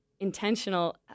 Intentional